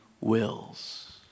wills